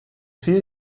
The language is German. vier